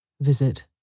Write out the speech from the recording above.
Visit